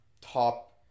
top